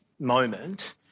moment